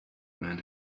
man